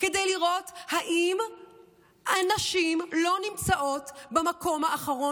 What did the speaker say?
כדי לראות אם הנשים לא נמצאות במקום האחרון